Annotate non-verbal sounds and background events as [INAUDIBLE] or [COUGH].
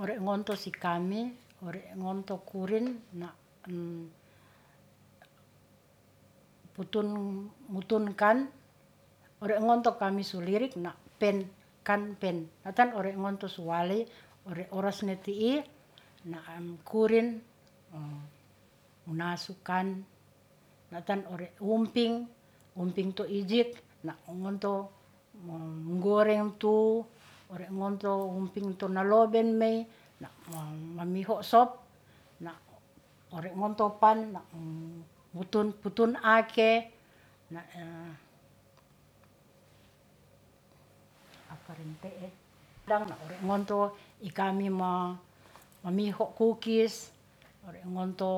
Ore ngonto si kami ore ngonto kurin na' putun, mutun kan ore ngonto kami su lirik na' pen kan pen natan ore ngonto suwalei ore oras ne ti'i, na'am kurin, munasukan na'tan ore wungpin ngumoin to ijit na ngonto munggoreng tu, ore ngonto ngumpin to naloben mey, na' mamiho sop na' ore ngonto pan na' wutun, putun ake na' [HESITATION] ngonto i kami ma mamiho kukis ore ngonto